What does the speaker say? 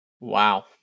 Wow